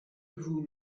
vous